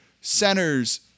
centers